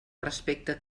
respecte